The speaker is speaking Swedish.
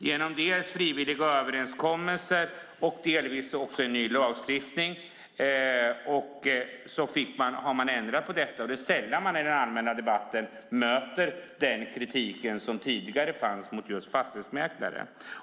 Genom dels frivilliga överenskommelser, dels ny lagstiftning har man ändrat på detta. Det är sällan man i den allmänna debatten möter den kritik som tidigare fanns mot fastighetsmäklare.